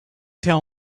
tell